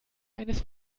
eines